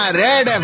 red